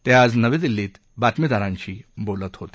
ते आज नवी दिल्लीत बातमीदारांशी बोलत होते